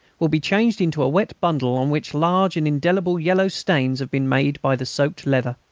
will be changed into a wet bundle on which large and indelible yellow stains have been made by the soaked leather.